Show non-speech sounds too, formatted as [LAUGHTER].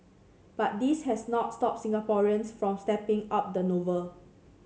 but this has not stopped Singaporeans from [UNINTELLIGIBLE] up the novel